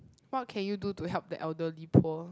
what can you do to help the elderly poor